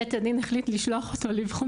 בית הדין החליט לשלוח אותו לאבחון